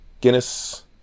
Guinness